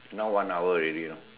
now one hour already know